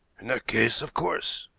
in that case, of course